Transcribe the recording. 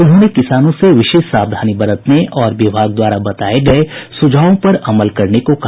उन्होंने किसानों से विशेष सावधानी बरतने और विभाग द्वारा बताये गये सुझावों पर अमल करने को कहा